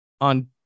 on